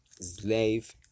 Slave